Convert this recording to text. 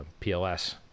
pls